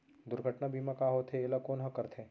दुर्घटना बीमा का होथे, एला कोन ह करथे?